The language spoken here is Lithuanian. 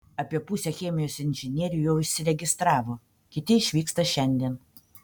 apie pusę chemijos inžinierių jau išsiregistravo kiti išvyksta šiandien